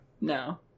No